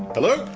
hello.